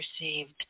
received